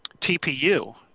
TPU